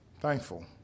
thankful